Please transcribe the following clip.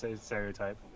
stereotype